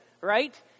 Right